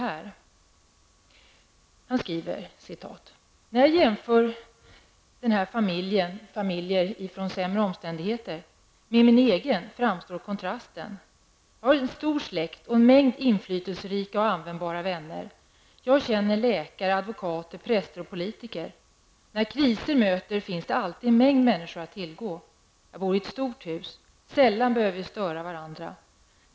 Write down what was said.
Han skriver: ''När jag jämför denna familj'' -- en familj från sämre omständigheter -- ''med min egen framstår kontrasten. Jag har en stor släkt och en mängd inflytelserika och användbara vänner. Jag känner läkare, advokater, präster och politiker. När kriser möter finns det alltid en mängd människor att tillgå. Jag bor i ett stort hus. Sällan behöver vi störa varandra.